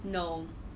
no